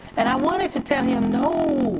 and i wanted to tell him no